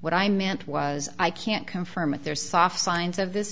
what i meant was i can't confirm it there's soft science of this